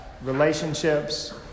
relationships